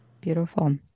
Beautiful